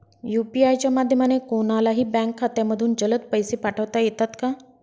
UPI च्या माध्यमाने कोणलाही बँक खात्यामधून जलद पैसे पाठवता येतात का?